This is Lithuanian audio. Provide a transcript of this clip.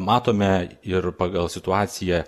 matome ir pagal situaciją